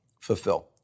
fulfill